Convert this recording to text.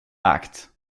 act